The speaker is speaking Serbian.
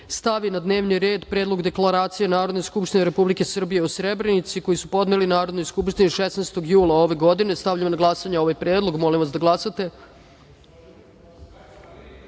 stavi na dnevni red Predlog deklaracije Narodne skupštine Republike Srbije o Srebrenici, koji su podneli Narodnoj skupštini 16. jula 2024. godine. Stavljam na glasanje ovaj predlog. Zaključujem glasanje: